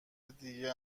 دیگه